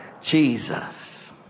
Jesus